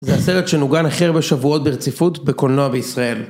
זה הסרט שנוגן הכי הרבה שבועות ברציפות בקולנוע בישראל.